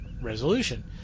resolution